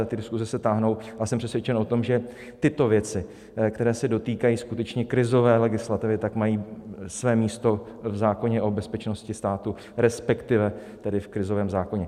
Ty diskuse se táhnou a jsem přesvědčen o tom, že tyto věci, které se dotýkají skutečně krizové legislativy, mají své místo v zákoně o bezpečnosti státu, resp. v krizovém zákoně.